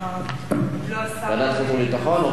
ועדת חוץ וביטחון?